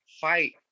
fight